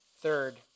third